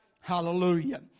Hallelujah